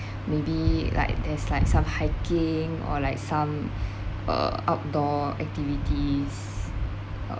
maybe like there's like some hiking or like some uh outdoor activities um